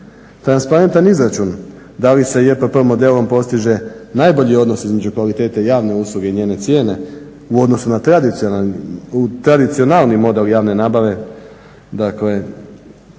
Transparentan izračun da li se JPP modelom postiže najbolji odnos između kvalitete i javne usluge i njene cijene u odnosu na tradicionalni model javne nabave,